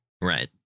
Right